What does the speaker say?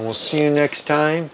and we'll see you next time